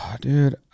Dude